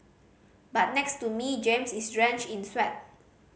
but next to me James is drenched in sweat